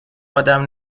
ادم